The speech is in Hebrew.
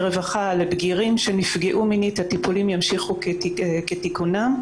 הרווחה לבגירים ימשיכו לפעול כתיקונם.